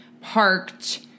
parked